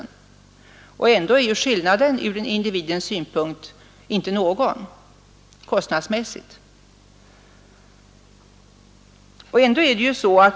Ändå är den kostnadsmässiga skillnaden ur individens synpunkt ingen.